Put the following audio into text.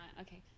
Okay